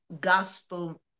gospel